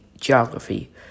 geography